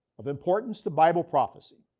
of importance to bible prophecy,